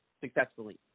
successfully